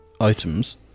items